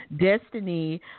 Destiny